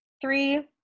three